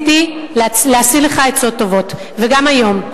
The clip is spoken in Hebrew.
רציתי להשיא לך עצות טובות, וגם היום.